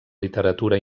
literatura